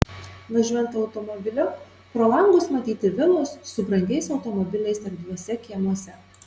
važiuojant automobiliu pro langus matyti vilos su brangiais automobiliais erdviuose kiemuose